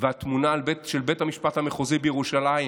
והתמונה של בית המשפט המחוזי בירושלים,